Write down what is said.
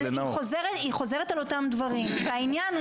אבל היא חוזרת על אותם דברים והעניין הוא